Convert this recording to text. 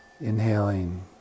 inhaling